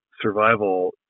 survival